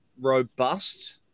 robust